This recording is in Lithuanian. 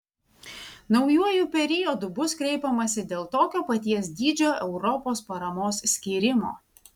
naujuoju periodu bus kreipiamasi dėl tokio paties dydžio europos paramos skyrimo